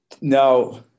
now